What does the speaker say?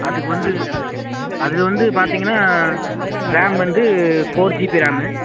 அதுக்கு வந்து அதில் வந்து பார்த்தீங்கன்னா ரேம் வந்து ஃபோர் ஜிபி ரேமு